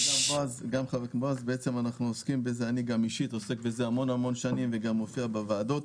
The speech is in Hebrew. אני אישית עוסק בזה המון המון שנים וגם מופיע בוועדות,